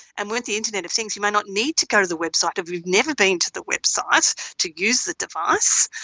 and with the internet of things you may not need to go to the website, you've never been to the website to use the device,